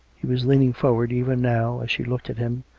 he was leaning forward, even now, as she looked at him,